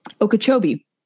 okeechobee